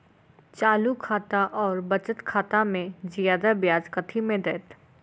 चालू खाता आओर बचत खातामे जियादा ब्याज कथी मे दैत?